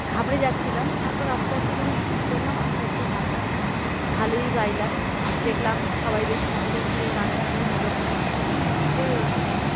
ঘাবড়ে যাচ্ছিলাম তারপর আস্তে আস্তে যখন শুরু করলাম আস্তে আস্তে গানটা ভালোই গাইলাম দেখলাম সবাই বেশ মনোযোগ দিয়ে গানটা শুনল তবে